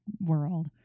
world